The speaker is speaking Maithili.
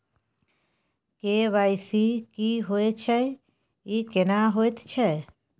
के.वाई.सी की होय छै, ई केना होयत छै?